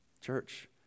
Church